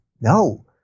no